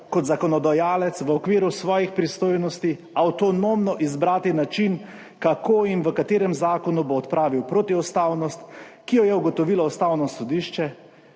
kot zakonodajalec v okviru svojih pristojnosti avtonomno izbrati način, kako in v katerem zakonu bo odpravil protiustavnost, ki jo je ugotovilo Ustavno sodišče,